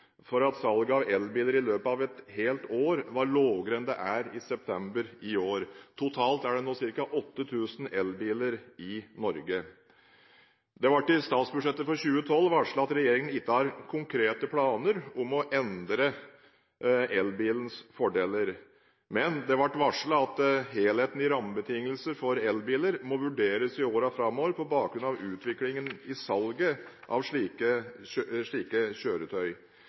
for at salget av elbiler i løpet av et helt år var lavere enn det er i september i år. Totalt er det nå ca. 8 000 elbiler i Norge. Det ble i statsbudsjettet for 2012 varslet at regjeringen ikke har konkrete planer om å endre elbilens fordeler. Men det ble varslet at helhetlige rammebetingelser for elbiler må vurderes i årene framover på bakgrunn av utviklingen i salget av slike